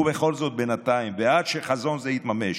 ובכל זאת, בינתיים, ועד שחזון זה יתממש,